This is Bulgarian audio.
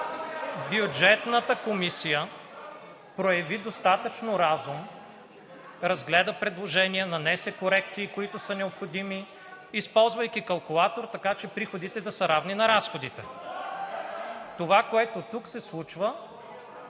Бюджетната комисия прояви достатъчно разум, разгледа предложенията, нанесе корекциите, които са необходими, използвайки калкулатор, така че приходите да са равни на разходите. Това, което тук се случва,